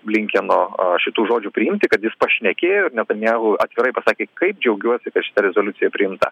blinkeno a šitų žodžių priimti kad jis pašnekėjo netanyahu atvirai pasakė kaip džiaugiuosi kad šita rezoliucija priimta